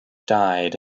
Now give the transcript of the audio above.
died